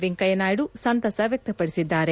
ವೆಂಕಯ್ಲನಾಯ್ಲು ಸಂತಸ ವ್ಯಕ್ತಪಡಿಸಿದ್ದಾರೆ